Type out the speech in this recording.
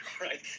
right